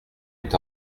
est